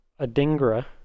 Adingra